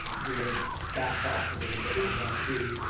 we have backed off a little bit on that too.